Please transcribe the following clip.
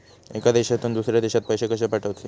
एका देशातून दुसऱ्या देशात पैसे कशे पाठवचे?